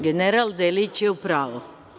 General Delić je u pravu.